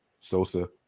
Sosa